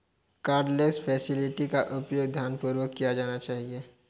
cardless facility का उपयोग ध्यानपूर्वक किया जाना चाहिए